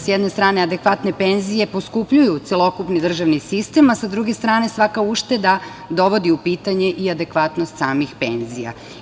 Sa jedne strane adekvatne penzije poskupljuju celokupni državni sistem, a sa druge strane svaka ušteda dovodi u pitanje i adekvatnost samih penzija.